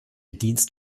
dienst